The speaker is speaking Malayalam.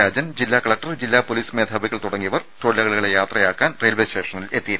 രാജൻ ജില്ലാ കലക്ടർ ജില്ലാ പൊലീസ് മേധാവികൾ തുടങ്ങിയവർ തൊഴിലാളികളെ യാത്രയാക്കാൻ റെയിൽവെ സ്റ്റേഷനിലെത്തിയിരുന്നു